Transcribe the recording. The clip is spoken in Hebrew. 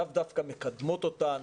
לאו דווקא מקדמות אותם.